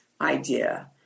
idea